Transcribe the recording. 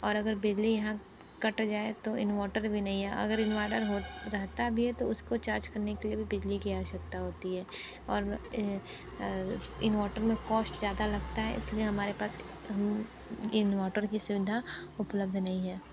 और अगर बिजली यहाँ कट जाए तो इनवर्टर भी नहीं है अगर इनवर्टर रहता भी है तो उसको चार्ज करने के लिए भी बिजली की आवश्यकता होती है और वह इनवर्टर में काॅस्ट ज़्यादा लगता है इसलिए हमारे पास हम इनवर्टर की सुविधा उपलब्ध नहीं है